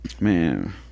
man